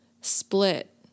split